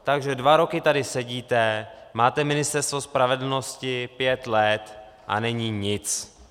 Takže dva roky tady sedíte, máte Ministerstvo spravedlnosti pět let, a není nic.